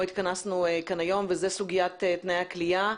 התכנסנו כאן היום סוגיית תנאי הכליאה,